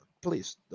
please